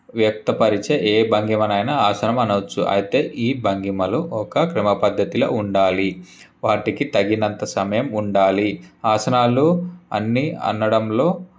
వ్యక్తపరిచే ఏ భంగిమనైనా ఆసనం అనవచ్చు అయితే ఈ భంగిమలు ఒక క్రమ పద్ధతిలో ఉండాలి వాటికి తగినంత సమయం ఉండాలి ఆసనాలు అన్నీ అనడంలో